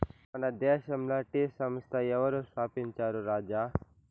మన దేశంల టీ సంస్థ ఎవరు స్థాపించారు రాజా